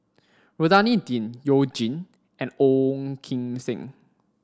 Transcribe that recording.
Rohani Din You Jin and Ong Kim Seng